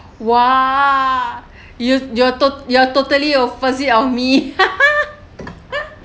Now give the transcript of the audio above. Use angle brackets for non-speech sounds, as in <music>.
!wah! you you're to~ you are totally opposite of me <laughs>